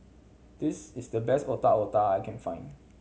this is the best Otak Otak I can find